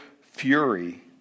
fury